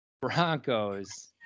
Broncos